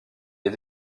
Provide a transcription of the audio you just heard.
est